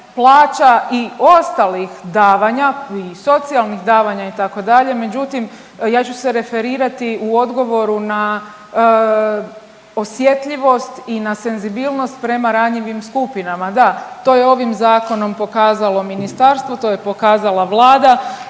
plaća i ostalih davanja i socijalnih davanja, itd., međutim, ja ću se referirati u odgovoru na osjetljivost i na senzibilnost prema ranjivim skupinama. Da, to je ovim Zakonom pokazalo ministarstvo, to je pokazala Vlada,